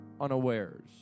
unawares